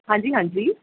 ਹਾਂਜੀ ਹਾਂਜੀ